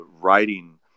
writing